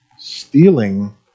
stealing